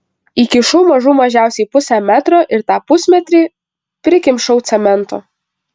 įkišau mažų mažiausiai pusę metro ir tą pusmetrį prikimšau cemento